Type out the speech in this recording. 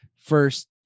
First